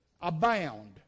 Abound